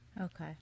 Okay